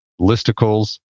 listicles